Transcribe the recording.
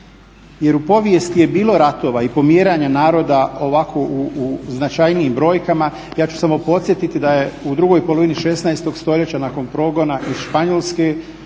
Jer u povijesti je bilo ratova i pomjeranja naroda ovako u značajnijim brojkama. Ja ću samo podsjetiti da je u drugoj polovini 16. stoljeća nakon progona iz Španjolske